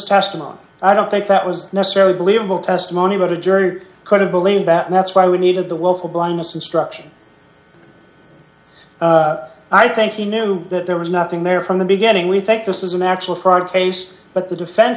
testimony i don't think that was necessary believable testimony about a jury could have believed that that's why we needed the willful blindness instruction i think he knew that there was nothing there from the beginning we think this is an actual fraud case but the defense